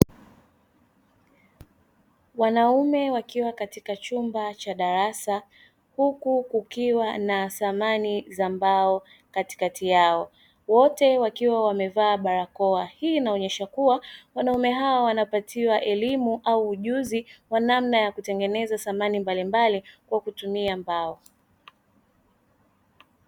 Wanaume wakiwa katika chumba cha darasa huku kukiwa na samani za mbao kati yao wote, anyesha wanaume hawa wakipatiwa elimu au ujuzi wa namna ya kutengeneza samani mbalimbali kwa kutumia mbao.